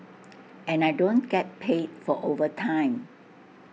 and I don't get paid for overtime